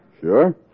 Sure